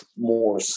more